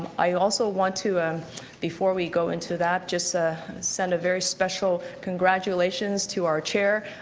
um i also want to um before we go into that, just send a very special congratulations to our chair,